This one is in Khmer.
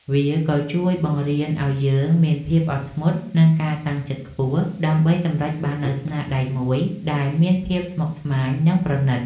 វាក៏ជួយបង្រៀនឱ្យយើងមានភាពអត់ធ្មត់ និងការតាំងចិត្តខ្ពស់ ដើម្បីសម្រេចបាននូវស្នាដៃមួយដែលមានភាពស្មុគស្មាញ និងប្រណីត។